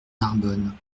narbonne